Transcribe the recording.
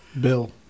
Bill